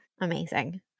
Amazing